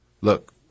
Look